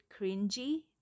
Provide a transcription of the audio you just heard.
cringy